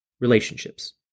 relationships